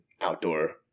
outdoor